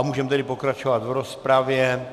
Můžeme tedy pokračovat v rozpravě.